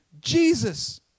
Jesus